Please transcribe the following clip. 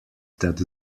that